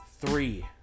three